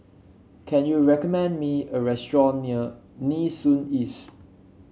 can you recommend me a restaurant near Nee Soon East